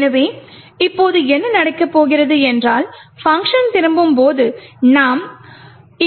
எனவே இப்போது என்ன நடக்கப் போகிறது என்றால் பங்க்ஷன் திரும்பும்போது அது நாம்